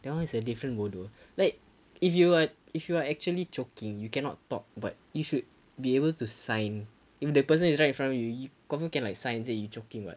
that one is a different bodoh like if you are if you are actually choking you cannot talk but you should be able to sign if the person is right in front of you you confirm can like sign say you choking [what]